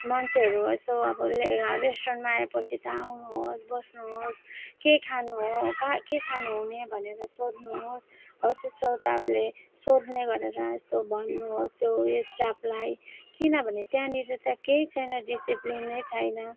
मान्छेहरू यसो अब रेस्टुरेन्टमा आए पछि यता आउनु होस् बस्नु होस् के खानु हो कहाँ के खानु हुने भनेर सोध्नु होस् हो त्यस्तो सोध्ने गरेर यस्तो भन्नु होस् यो स्टाफलाई किनभने त्यहाँनेरि त केही छैन डिसिप्लिन नै छैन